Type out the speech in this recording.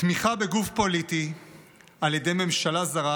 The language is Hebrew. תמיכה בגוף פוליטי על ידי ממשלה זרה